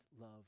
love